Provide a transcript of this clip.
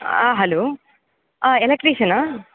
hello ஆ எலக்ட்ரீஷனா